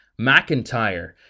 McIntyre